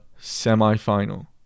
semifinal